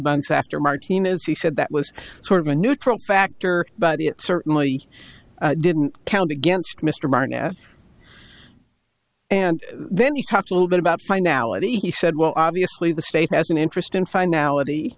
months after martin as he said that was sort of a neutral factor but it certainly didn't count against mr barnett and then you talked a little bit about finality he said well obviously the state has an interest in finality